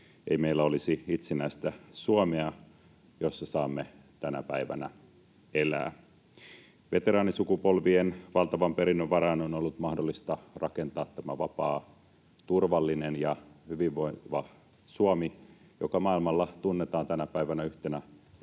ei meillä olisi itsenäistä Suomea, jossa saamme tänä päivänä elää. Veteraanisukupolvien valtavan perinnön varaan on ollut mahdollista rakentaa tämä vapaa, turvallinen ja hyvinvoiva Suomi, joka maailmalla tunnetaan tänä päivänä yhtenä